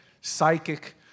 psychic